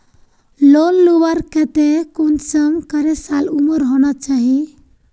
Loan लुबार केते कुंसम करे साल उमर होना चही?